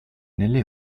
nelle